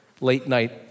late-night